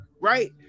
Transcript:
right